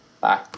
Bye